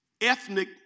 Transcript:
Ethnic